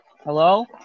Hello